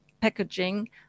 packaging